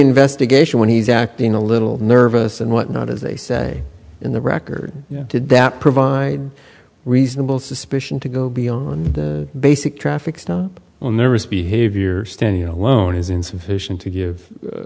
investigation when he's acting a little nervous and whatnot as they say in the record did that provide reasonable suspicion to go beyond the basic traffic stop all nervous behavior stand you know alone is insufficient to give